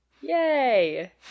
Yay